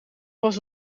was